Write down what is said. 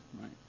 right